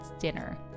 dinner